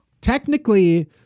Technically